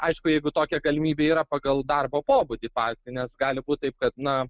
aišku jeigu tokia galimybė yra pagal darbo pobūdį patį nes gali būti taip kad na